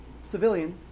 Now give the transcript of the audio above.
civilian